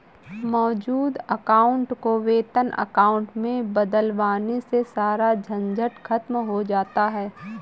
मौजूद अकाउंट को वेतन अकाउंट में बदलवाने से सारा झंझट खत्म हो जाता है